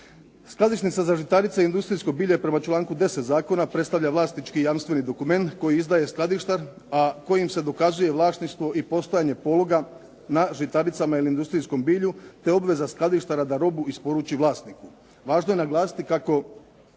Skladišnica za žitarice i industrijsko bilje prema članku 10. zakona predstavlja vlasnički i jamstveni dokument koji izdaje skladištar, a kojim se dokazuje vlasništvo i postojanje pologa na žitaricama ili industrijskom bilju te obveza skladištara da robu isporuči vlasniku. Važno je naglasiti kako